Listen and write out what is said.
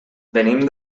venim